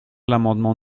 l’amendement